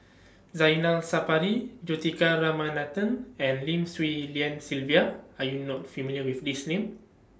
Zainal Sapari Juthika Ramanathan and Lim Swee Lian Sylvia Are YOU not familiar with These Names